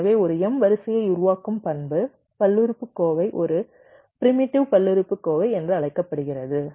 எனவே ஒரு m வரிசையை உருவாக்கும் பண்பு பல்லுறுப்புக்கோவை ஒரு ப்ரிமிட்டிவ் பல்லுறுப்புக்கோவை என்று அழைக்கப்படுகிறது